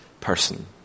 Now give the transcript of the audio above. person